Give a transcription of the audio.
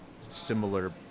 similar